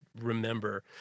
remember-